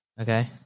Okay